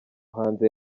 hanze